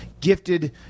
gifted